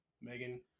Megan